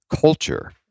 culture